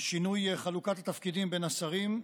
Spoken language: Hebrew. שינוי חלוקת התפקידים בין השרים,